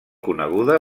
coneguda